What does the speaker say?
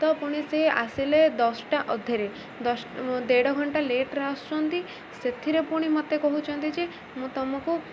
ତ ପୁଣି ସେ ଆସିଲେ ଦଶଟା ଅଧେରେ ଦେଢ଼ ଘଣ୍ଟା ଲେଟ୍ରେ ଆସୁଛନ୍ତି ସେଥିରେ ପୁଣି ମୋତେ କହୁଛନ୍ତି ଯେ ମୁଁ ତମକୁ